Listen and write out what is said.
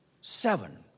Seven